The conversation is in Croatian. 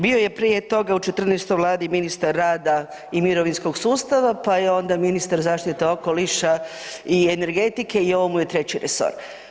Bio je prije toga u 14 Vladi ministar rada i mirovinskog sustava, pa je onda ministar zaštite okoliša i energetike i ovo mu je treći resor.